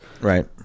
right